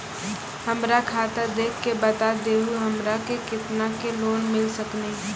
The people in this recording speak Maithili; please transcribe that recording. हमरा खाता देख के बता देहु हमरा के केतना के लोन मिल सकनी?